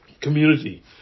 community